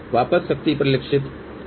वापस शक्ति परिलक्षित Pr